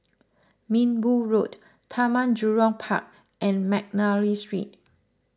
Minbu Road Taman Jurong Park and McNally Street